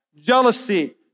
jealousy